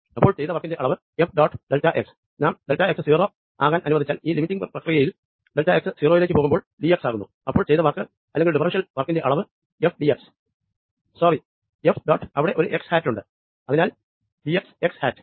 അപ്പോൾ ചെയ്ത വർക്കിന്റെ അളവ് എഫ് ഡോട്ട് ഡെൽറ്റ എക്സ് നാം ഡെൽറ്റ എക്സ് 0 ആകാൻ അനുവദിച്ചാൽ ഈ ലിമിറ്റിങ് പ്രക്രിയയിൽ ഡെൽറ്റ എക്സ് 0 ത്തിലേക്ക് പോകുമ്പോൾ ഡിഎക്സ് ആകുന്നു അപ്പോൾ ചെയ്ത വർക്ക് അല്ലെങ്കിൽ ഡിഫറെൻഷ്യൽ വർക്കിന്റെ അളവ് F dx sorry F dot അവിടെ ഒരു എക്സ് ഹാറ്റ് ഉണ്ട് അതിനാൽ ഡി എക്സ് എക്സ് ഹാറ്റ്